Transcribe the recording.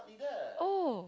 oh